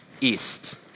east